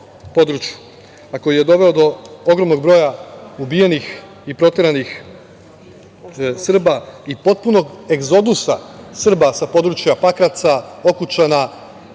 području, a koji je doveo do ogromnog broja ubijenih i proteranih Srba i potpunog egzodusa Srba sa područja Pakraca, Okučana